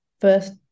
first